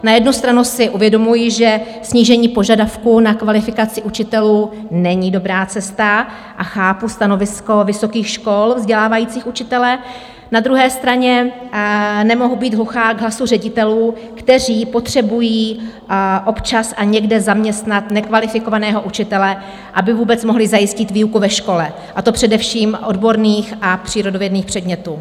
Na jednu stranu si uvědomuji, že snížení požadavků na kvalifikaci učitelů není dobrá cesta, a chápu stanovisko vysokých škol vzdělávajících učitele, na druhé straně nemohu být hluchá k hlasu ředitelů, kteří potřebují občas a někde zaměstnat nekvalifikovaného učitele, aby vůbec mohli zajistit výuku ve škole, a to především odborných a přírodovědných předmětů.